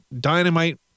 Dynamite